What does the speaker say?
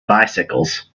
bicycles